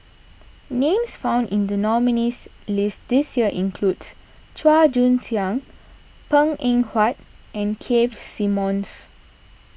names found in the nominees' list this year include Chua Joon Siang Png Eng Huat and Keith Simmons